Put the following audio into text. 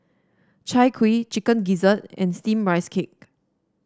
Chai Kuih Chicken Gizzard and steamed Rice Cake